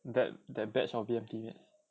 that that batch of B_M_T mate